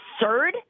absurd